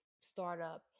startup